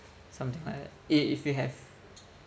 something like that i~ if you have